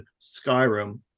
Skyrim